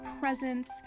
presence